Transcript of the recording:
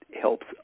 helps